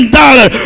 dollar